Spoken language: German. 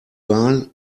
wahl